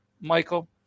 Michael